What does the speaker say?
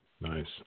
Nice